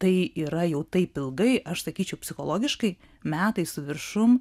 tai yra jau taip ilgai aš sakyčiau psichologiškai metai su viršum